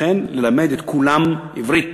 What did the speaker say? ללמד את כולם עברית.